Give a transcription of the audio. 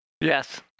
Yes